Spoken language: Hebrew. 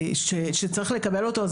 כשצריך לקבל אותו,